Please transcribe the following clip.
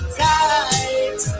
tight